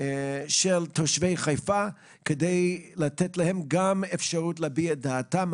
של תושבי חיפה כדי לתת להם גם אפשרות להביע את דעתם.